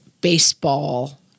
baseball